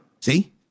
see